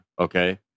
Okay